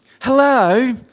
Hello